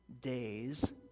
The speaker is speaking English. days